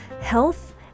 health